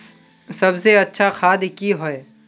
सबसे अच्छा खाद की होय?